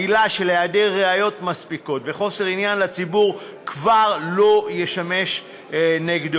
העילה של היעדר ראיות מספיקות וחוסר עניין לציבור כבר לא תשמש נגדו.